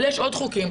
אבל יש עוד חוקים.